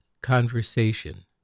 conversation